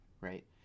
right